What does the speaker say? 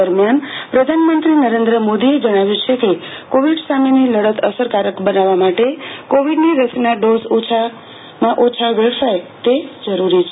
દરમ્યાન પ્રધાનમંત્રી નરેન્દ્ર મોદીએ જણાવ્યું છે કે કોવીડ સામેની લડત અસરકારક બનાવવા માટે કોવીડની રસીના ડોઝ ઓછામાં ઓછા વેડફાય તે જરૂરી છે